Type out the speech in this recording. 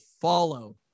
follow